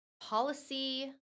policy